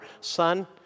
son